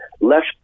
left